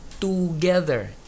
together